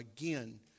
again